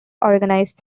organized